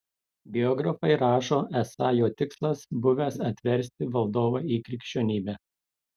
biografai rašo esą jo tikslas buvęs atversti valdovą į krikščionybę